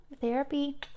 therapy